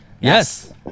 Yes